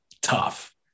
Tough